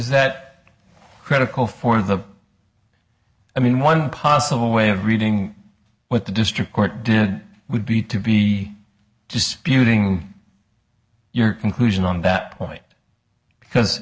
that critical for the i mean one possible way of reading what the district court did would be to be disputing your conclusion on that point because